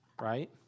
right